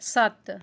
ਸੱਤ